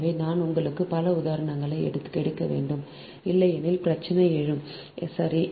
எனவே நான் உங்களுக்கு பல உதாரணங்களை எடுக்க வேண்டும் இல்லையெனில் பிரச்சனை எழும் சரி